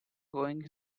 goings